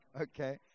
okay